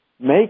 make